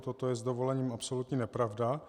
Toto je s dovolením absolutní nepravda.